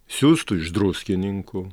siųstu iš druskininkų